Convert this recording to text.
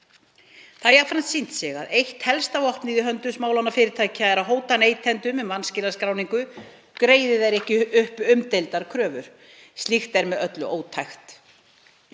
jafnframt sýnt sig að eitt helsta vopnið í höndum smálánafyrirtækja er að hóta neytendum vanskilaskráningu greiði þeir ekki umdeildar kröfur. Slíkt er með öllu ótækt.